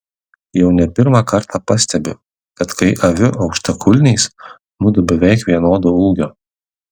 jau ne pirmą kartą pastebiu kad kai aviu aukštakulniais mudu beveik vienodo ūgio